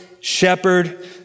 shepherd